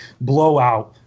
blowout